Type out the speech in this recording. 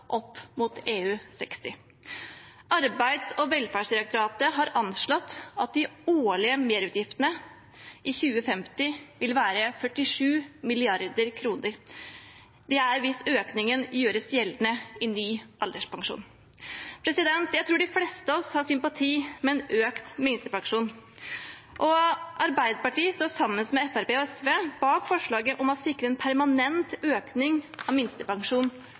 opp mot EU60. Arbeids- og velferdsdirektoratet har anslått at de årlige merutgiftene i 2050 vil være 47 mrd. kr. Det er hvis økningen gjøres gjeldende i ny alderspensjon. Jeg tror de fleste av oss har sympati med økt minstepensjon. Arbeiderpartiet står sammen med Fremskrittspartiet og SV bak forslaget om å sikre en permanent økning av